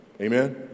Amen